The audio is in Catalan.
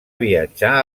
viatjar